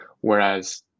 Whereas